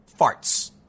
farts